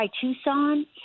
Tucson